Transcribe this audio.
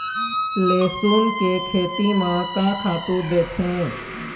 लेसुन के खेती म का खातू देथे?